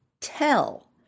tell